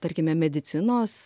tarkime medicinos